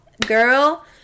girl